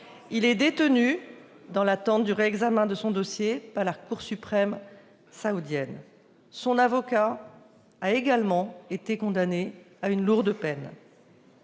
Il est détenu dans l'attente du réexamen de son dossier par la Cour suprême saoudienne. Son avocat a également été condamné à une lourde peine.